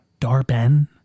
Darben